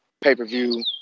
pay-per-view